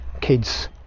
kids